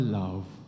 love